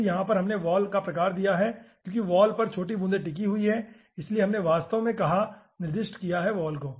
फिर यहाँ पर हमने वॉल का प्रकार दिया है क्योंकि वॉल पर छोटी बूँदेंटिकी हुए है इसलिए हमने वास्तव में कहा निर्दिष्ट किया है वॉल को